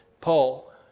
Paul